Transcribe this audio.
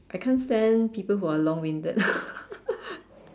I can't stand people who are long winded